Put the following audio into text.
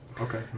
Okay